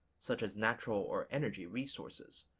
such as natural or energy resources,